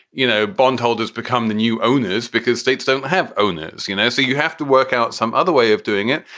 you know, bondholders become the new owners because states don't have owners, you know, so you have to work out some other way of doing it.